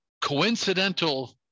coincidental